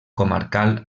comarcal